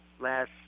last